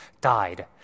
died